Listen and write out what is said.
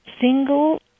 single